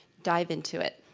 dive into it.